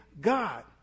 God